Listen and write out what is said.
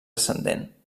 ascendent